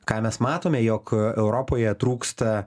ką mes matome jog europoje trūksta